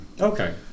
Okay